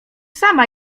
sama